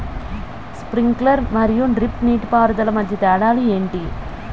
Sprinkler మరియు drip నీటిపారుదల మధ్య తేడాలు ఏంటి?